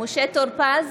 משה טור פז,